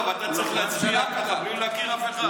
דרך אגב, אתה צריך להצביע בלי להכיר אף אחד.